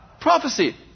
prophecy